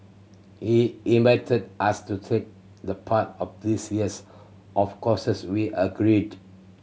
he invited us to take the part of this years of courses we agreed